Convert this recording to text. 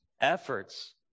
efforts